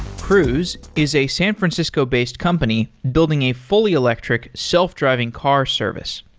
cruise is a san francisco based company building a fully electric, self-driving car service.